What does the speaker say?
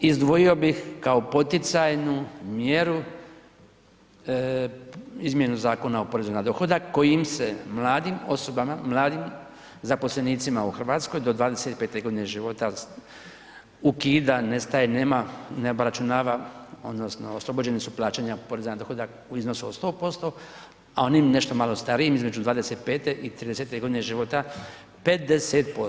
Izdvojio bih kao poticajnu mjeru izmjenu Zakona o porezu na dohodak kojim se mladim osobama, mladim zaposlenicima u Hrvatskoj do 25. g. života, ukida, nestaje, nema, ne obračunava odnosno oslobođeni su plaćanja poreza na dohodak u iznosu od 100%, a onim nešto malo starijim između 25. i 30 godine života, 50%